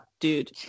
dude